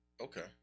Okay